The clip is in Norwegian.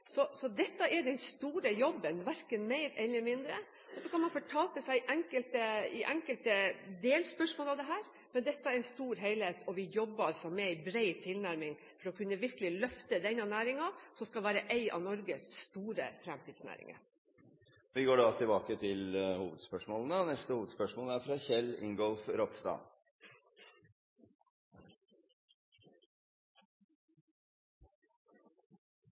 så dette er den store jobben – verken mer eller mindre. Så kan man fortape seg i enkelte delspørsmål her, men dette er en stor helhet, og vi jobber med en bred tilnærming for virkelig å kunne løfte denne næringen, som skal være en av Norges store fremtidsnæringer. Vi går videre til neste hovedspørsmål.